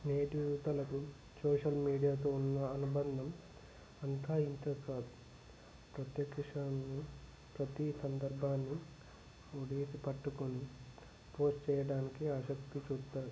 నేటి యువతలకు సోషల్ మీడియాతో ఉన్న అనుబంధం అంతా ఇంతా కాదు ప్రతీ ఒక్క విషయాలను ప్రతీ సందర్భాన్ని ఒడిసి పట్టుకుని పోస్ట్ చేయడానికి ఆసక్తి చూపుతారు